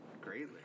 greatly